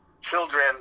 children